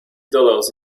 dollars